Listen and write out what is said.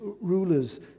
rulers